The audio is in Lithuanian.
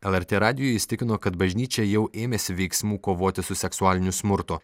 lrt radijui jis tikino kad bažnyčia jau ėmėsi veiksmų kovoti su seksualiniu smurtu